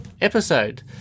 episode